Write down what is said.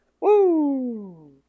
Woo